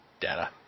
data